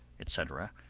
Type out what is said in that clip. etc,